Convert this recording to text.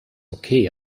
okay